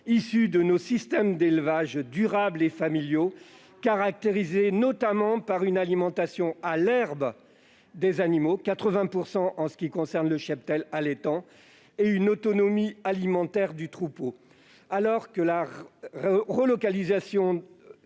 issue de nos systèmes d'élevage durables et familiaux, caractérisés notamment par une alimentation à l'herbe des animaux- 80 % en ce qui concerne le cheptel allaitant -et une autonomie alimentaire du troupeau ». La relocalisation